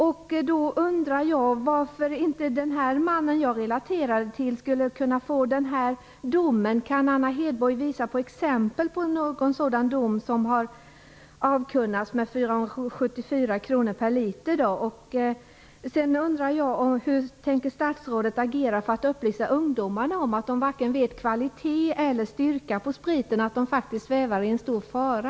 Jag undrar varför den man jag refererade till i min fråga inte skulle kunna dömas till en sådan dom som statsrådet talar om. Kan Anna Hedborg visa exempel på någon dom som har avkunnats om alkoholskatt med 474 kr per liter? Hur tänker statsrådet agera för att upplysa ungdomarna om att de varken vet kvalitet eller styrka på spriten och att de faktiskt svävar i stor fara?